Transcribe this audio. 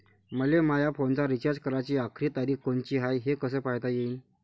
मले माया फोनचा रिचार्ज कराची आखरी तारीख कोनची हाय, हे कस पायता येईन?